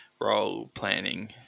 role-planning